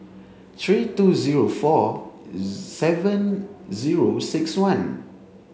three two zero four seven zero six one